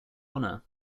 honor